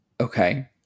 Okay